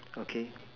okay